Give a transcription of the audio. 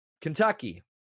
Kentucky